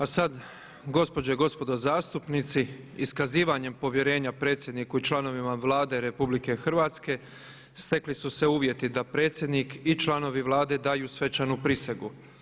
A sad gospođe i gospodo zastupnici iskazivanjem povjerenja predsjedniku i članovima Vlade Republike Hrvatske stekli su se uvjeti da predsjednik i članovi Vlade daju svečanu prisegu.